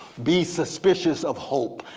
be suspicious of hope.